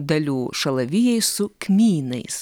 dalių šalavijai su kmynais